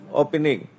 opening